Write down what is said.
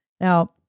Now